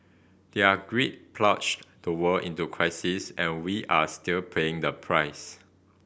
their greed plunged the world into crisis and we are still paying the price